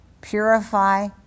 purify